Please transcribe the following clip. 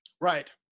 Right